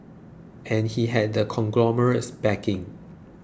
and he had the conglomerate's backing